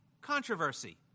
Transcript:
controversy